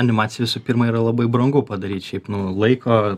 animacija visų pirma yra labai brangu padaryt šiaip nuo laiko